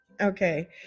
Okay